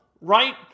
right